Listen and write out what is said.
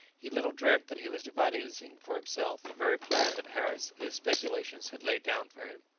he little dreamt that he was devising for himself the very plan that harris, in his speculations, had laid down for him!